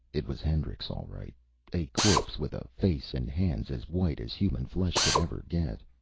it was hendrix, all right a corpse with a face and hands as white as human flesh could ever get.